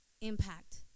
impact